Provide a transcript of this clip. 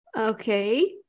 Okay